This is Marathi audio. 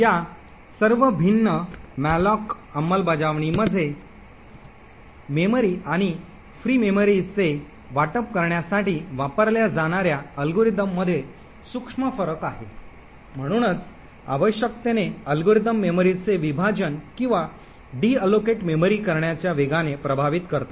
या सर्व भिन्न मॅलोक अंमलबजावणीमध्ये मेमरी आणि मुक्त मेमरीचे वाटप करण्यासाठी वापरल्या जाणार्या अल्गोरिदममध्ये सूक्ष्म फरक आहे म्हणूनच आवश्यकतेने अल्गोरिदम मेमरीचे विभाजन किंवा स्मृती खंडित करण्याच्या वेगाने प्रभावित करतात